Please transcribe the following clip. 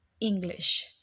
English